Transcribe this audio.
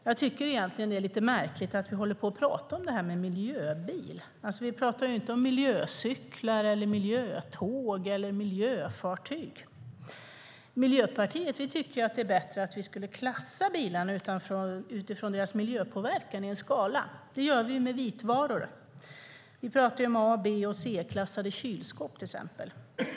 Jag tycker egentligen att det är lite märkligt att vi håller på och pratar om miljöbilar. Vi pratar inte om miljöcyklar, miljötåg eller miljöfartyg. Miljöpartiet tycker att det vore bättre om vi skulle klassa bilarna utifrån deras miljöpåverkan på en skala. Det gör vi med vitvaror. Vi pratar till exempel om A-, B och C-klassade kylskåp.